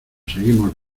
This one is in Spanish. seguimos